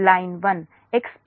line 1 XL10 0